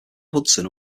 hudson